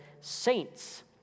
saints